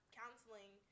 counseling